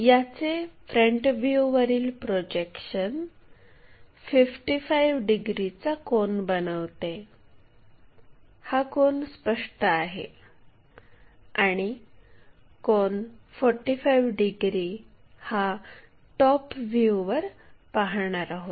याचे फ्रंट व्ह्यूवरील प्रोजेक्शन 55 डिग्रीचा कोन बनवते हा कोन स्पष्ट आहे आणि कोन 45 डिग्री हा टॉप व्ह्यूवर पाहणार आहोत